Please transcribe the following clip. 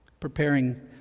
Preparing